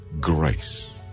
grace